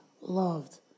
loved